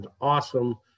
awesome